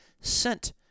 sent